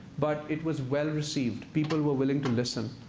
but it was well received. people were willing to listen.